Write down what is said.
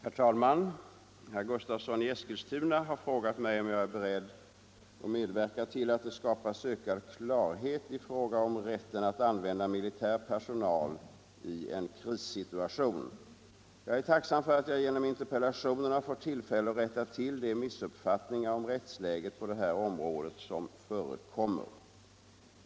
Herr talman! Herr Gustavsson i Eskilstuna har frågat mig om jag är beredd att medverka till att det skapas ökad klarhet i fråga om rätten att använda militär personal i en krissituation. Jag är tacksam för att jag genom interpellationen har fått tillfälle att rätta till de missuppfattningar om rättsläget på det här området som förekommer.